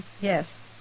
Yes